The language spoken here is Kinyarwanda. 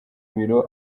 birori